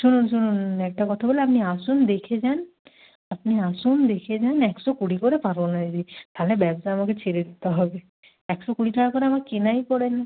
শুনুন শুনুন একটা কথা বলি আপনি আসুন দেখে যান আপনি আসুন দেখে যান একশো কুড়ি করে পারবো না দিদি তাহলে ব্যবসা আমাকে ছেড়ে দিতে হবে একশো কুড়ি টাকা করে আমার কেনাই পড়ে না